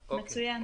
מצוין.